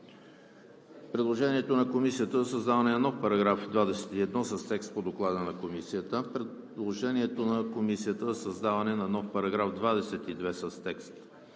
предложението на Комисията за създаване на нов § 21 с текст по Доклада на Комисията; предложението на Комисията за създаване на нов § 22 с текст